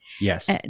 Yes